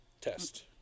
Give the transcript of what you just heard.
Test